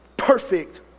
Perfect